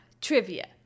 trivia